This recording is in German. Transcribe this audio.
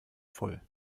voll